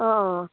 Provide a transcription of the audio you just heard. অঁ অঁ